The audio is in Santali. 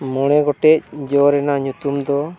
ᱢᱚᱬᱮ ᱜᱚᱴᱮᱡ ᱡᱚ ᱨᱮᱱᱟᱜ ᱧᱩᱛᱩᱢ ᱫᱚ